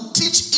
teach